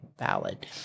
valid